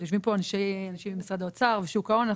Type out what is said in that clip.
יושבים פה אנשים ממשרד האוצר ושוק ההון.